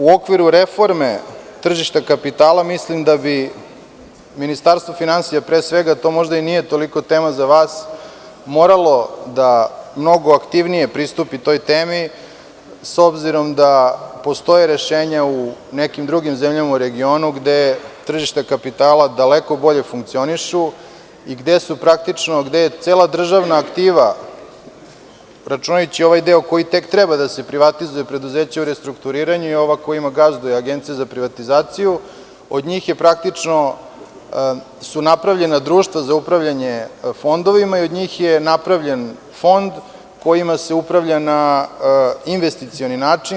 U okviru reforme tržišta kapitala, mislim da bi Ministarstvo finansija, pre svega, to možda i nije toliko tema za vas, moralo da mnogo aktivnije pristupi toj temi, s obzirom da postoje rešenja u nekim drugim zemljama u regionu, gde tržište kapitala daleko bolje funkcioniše i gde je cela državna aktiva, računajući i ovaj deo koji tek treba da se privatizuje, preduzeća u restrukturiranju, i ova kojima gazduje Agencija za privatizaciju, od njih su praktično napravljena društva za upravljanje fondovima i od njih je napravljen fond kojim se upravlja na investicioni način.